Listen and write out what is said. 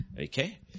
Okay